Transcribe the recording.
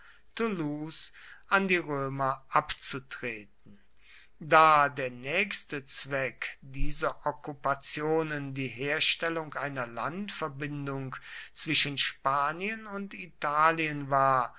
an die römer abzutreten da der nächste zweck dieser okkupationen die herstellung einer landverbindung zwischen spanien und italien war